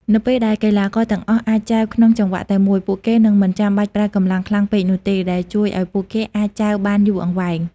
នៅពេលដែលកីឡាករទាំងអស់អាចចែវក្នុងចង្វាក់តែមួយ ពួកគេនឹងមិនចាំបាច់ប្រើកម្លាំងខ្លាំងពេកនោះទេ ដែលជួយឲ្យពួកគេអាចចែវបានយូរអង្វែង។